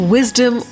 Wisdom